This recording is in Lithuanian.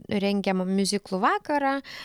rengiam miuziklų vakarą